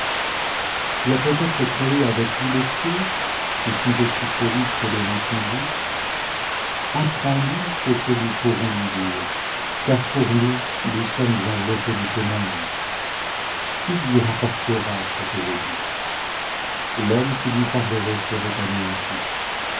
tu as peut-être créé avec lui les cieux qui sont aussi solides que l'airain fondu apprends-nous ce que nous pourrons lui dire car pour nous nous sommes enveloppés de ténèbres qui lui rapportera ce que je dis l'homme qui lui parlerait serait anéanti